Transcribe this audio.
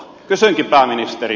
kysynkin pääministeri